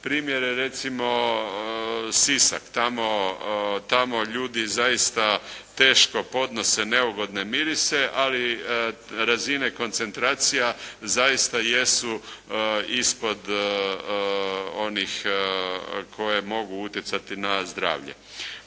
Primjer je recimo Sisak. Tamo ljudi zaista teško podnose neugodne mirise, ali razine koncentracija zaista jesu ispod onih koje mogu utjecati na zdravlje.